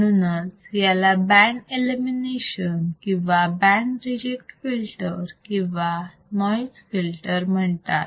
म्हणूनच याला band elimination किंवा बँड रिजेक्ट फिल्टर किंवा नॉइज फिल्टर म्हणतात